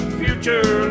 future